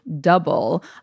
double